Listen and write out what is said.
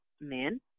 men